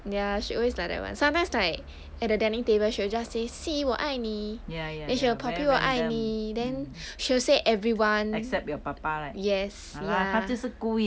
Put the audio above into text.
ya she always like that [one] sometimes like at the dining table she will just say see 我爱你 then she will poppy 我爱你 then she'll say everyone yes ya